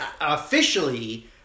officially